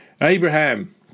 Abraham